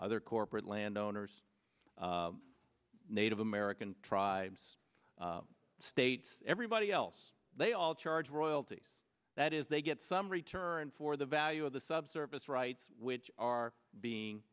other corporate landowners native american tribes states everybody else they all charge royalties that is they get some return for the value of the subsurface rights which are being